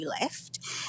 left